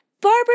Barbara